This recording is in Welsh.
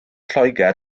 lloegr